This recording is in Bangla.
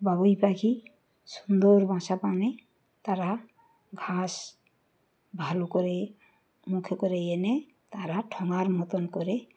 বাবুই পাখি সুন্দর বাসা বানায় তারা ঘাস ভালো করে মুখে করে এনে তারা ঠোঙার মতন করে